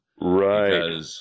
Right